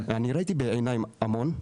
אני ראיתי בעיניים המון,